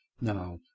now